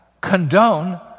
condone